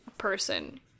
person